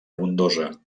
abundosa